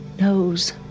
knows